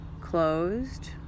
closed